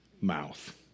mouth